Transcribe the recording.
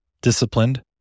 disciplined